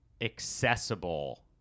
accessible